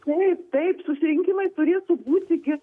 taip taip susirinkimai turėtų būti gi